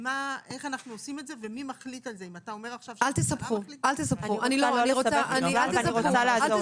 ואני רוצה להבין איך אנחנו עושים את זה ומי מחליט על זה.